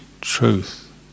truth